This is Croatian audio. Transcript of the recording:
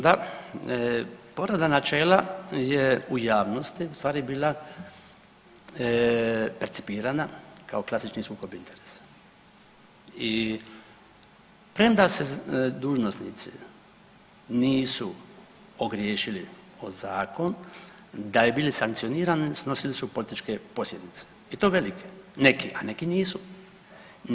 Da, povreda načela je u javnosti u stvari bila percipirana kao klasični sukob interesa i premda se dužnosnici nisu ogriješili o zakon, da bi bili sankcionirani snosili su političke posljedice i to velike, neki a neki nisu.